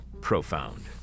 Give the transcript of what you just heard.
Profound